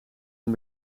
een